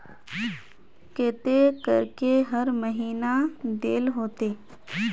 केते करके हर महीना देल होते?